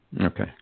Okay